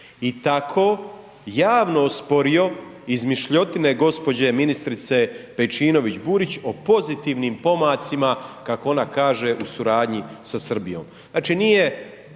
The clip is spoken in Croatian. i tako javno osporio izmišljotine gospođe ministrice Pejčinović-Burić o pozitivnim pomacima, kako ona kaže u suradnji sa Srbijom.